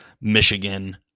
Michigan